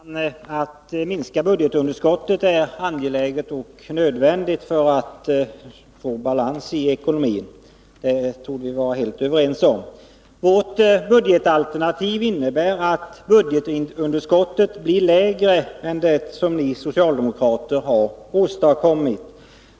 Herr talman! Att minska budgetunderskottet är angeläget och nödvändigt för att få balans i ekonomin. Detta torde vi vara helt överens om. Vårt budgetalternativ innebär att budgetunderskottet blir lägre än med det som socialdemokraterna har åstadkommit.